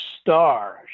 star